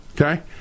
okay